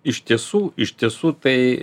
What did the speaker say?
iš tiesų iš tiesų tai